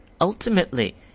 ultimately